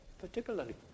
Particularly